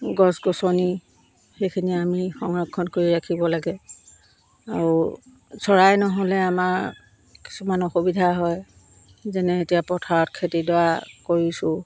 গছ গছনি সেইখিনি আমি সংৰক্ষণ কৰি ৰাখিব লাগে আৰু চৰাই নহ'লে আমাৰ কিছুমান অসুবিধা হয় যেনে এতিয়া পথাৰত খেতি ডৰা কৰিছোঁ